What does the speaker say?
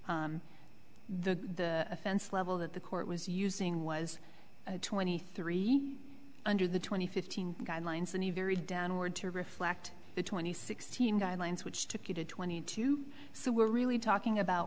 one the offense level that the court was using was twenty three under the twenty fifteen guidelines and a very downward to reflect the twenty six team guidelines which took you to twenty two so we're really talking about